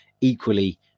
Equally